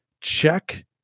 check